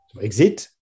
Exit